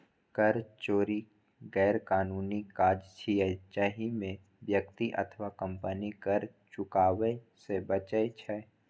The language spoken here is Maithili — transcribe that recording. कर चोरी गैरकानूनी काज छियै, जाहि मे व्यक्ति अथवा कंपनी कर चुकाबै सं बचै छै